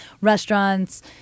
Restaurants